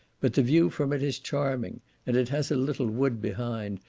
but the view from it is charming and it has a little wood behind,